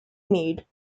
made